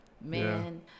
Man